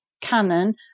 canon